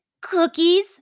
cookies